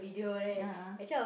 ah ah